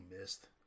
missed